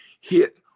hit